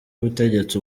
ubutegetsi